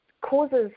causes